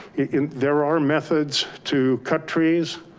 there are methods to cut trees,